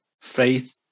faith